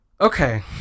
Okay